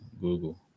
Google